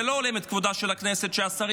זה לא הולם את כבודה של הכנסת שהשרים